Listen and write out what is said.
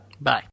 Bye